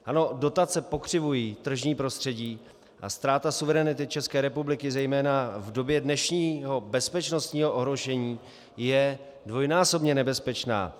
Ano, dotace pokřivují tržní prostředí, a ztráta suverenity České republiky zejména v době dnešního bezpečnostního ohrožení je dvojnásobně nebezpečná.